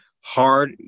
hard